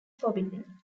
forbidden